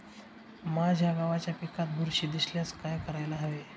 माझ्या गव्हाच्या पिकात बुरशी दिसल्यास काय करायला हवे?